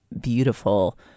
beautiful